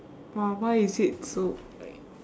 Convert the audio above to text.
!wah! why is it so like